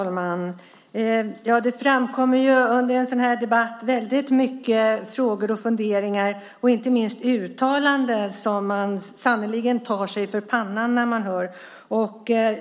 Herr talman! Det framkommer under en sådan här debatt många frågor och funderingar och inte minst uttalanden som gör att man sannerligen tar sig för pannan.